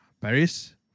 Paris